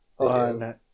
on